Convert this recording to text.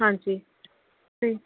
ਹਾਂਜੀ